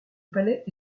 palais